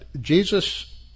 Jesus